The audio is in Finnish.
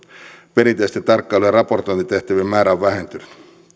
perinteisten tarkkailu ja raportointitehtävien määrä on vähentynyt